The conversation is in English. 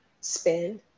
spend